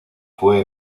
fue